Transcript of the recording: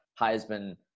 Heisman